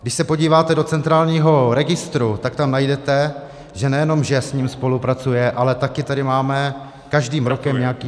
Když se podíváte do centrálního registru, tak tam najdete, že nejenom že s ním spolupracuje, ale také tady máme každým rokem nějaký únik.